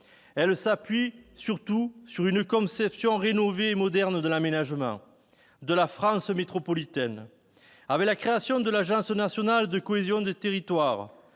Elle se fonde sur une conception rénovée et moderne de l'aménagement de la France métropolitaine. Avec la création de l'Agence nationale de la cohésion des territoires,